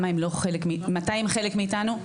מתי הם חלק מאיתנו?